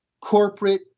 corporate